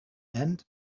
and